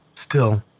still,